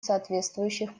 соответствующих